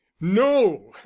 no